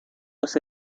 los